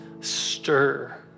stir